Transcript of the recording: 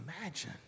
imagine